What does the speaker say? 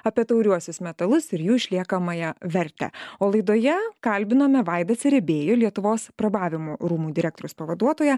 apie tauriuosius metalus ir jų išliekamąją vertę o laidoje kalbinome vaidą cerebiejų lietuvos prabavimo rūmų direktoriaus pavaduotoją